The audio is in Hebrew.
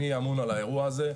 אני אמון על האירוע הזה.